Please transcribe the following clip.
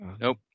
Nope